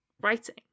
writing